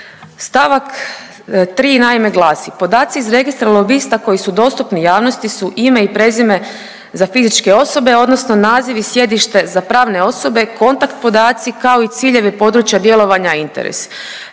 Stavak 3. naime glasi, podaci iz registra lobista koji su dostupni javnosti su ime i prezime za fizičke osobe odnosno naziv i sjedište za pravne osobe, kontakt podaci kao i ciljevi područja djelovanja, interes.